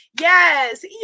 Yes